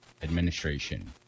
administration